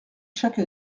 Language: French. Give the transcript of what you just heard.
chaque